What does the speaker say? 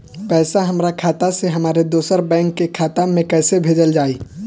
पैसा हमरा खाता से हमारे दोसर बैंक के खाता मे कैसे भेजल जायी?